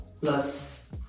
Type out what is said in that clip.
plus